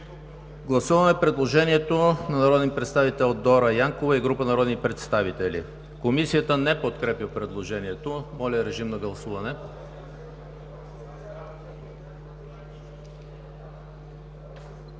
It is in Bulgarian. Гласуваме предложението на народния представител Дора Янкова и група народни представители. Комисията не подкрепя предложението. Моля, гласувайте.